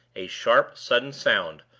a sharp, sudden sound,